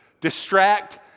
distract